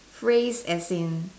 phrase as in